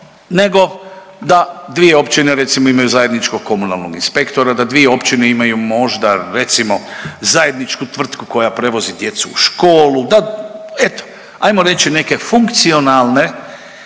nego da dvije općine recimo imaju zajedničku komunalnog inspektora, da dvije općine imaju možda recimo zajedničku tvrtku koja koja prevozi djecu u školu, da eto ajmo reći neke funkcionalne,